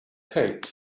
paid